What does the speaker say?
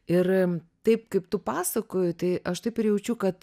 ir taip kaip tu pasakoji tai aš taip ir jaučiu kad